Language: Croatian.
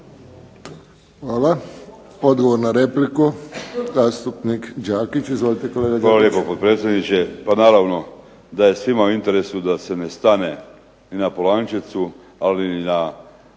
Hvala. Odgovor na repliku, zastupnik Đakić. Izvolite kolega. **Đakić, Josip (HDZ)** Hvala lijepa potpredsjedniče. Pa naravno da je svima u interesu da se ne stane ni na Polančecu, ali ni na svim